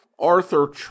Arthur